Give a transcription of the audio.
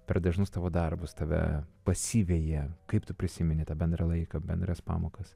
per dažnus tavo darbus tave pasiveja kaip tu prisimeni tą bendrą laiką bendras pamokas